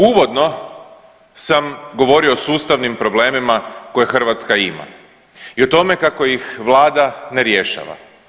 Uvodno sam govorio o sustavnim problemima koje Hrvatska ima i o tome kako ih Vlada ne rješava.